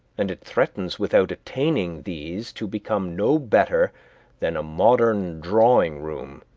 and it threatens without attaining these to become no better than a modern drawing-room,